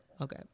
Okay